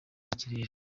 ikirere